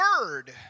Word